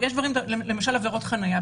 למשל, עבירות חניה.